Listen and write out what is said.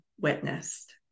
witnessed